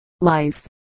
Life